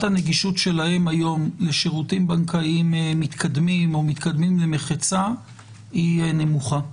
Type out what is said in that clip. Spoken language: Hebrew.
הנגישות שלהן היום לשירותים בקנאיים מתקדמים או מתקדמים למחצה היא נמוכה.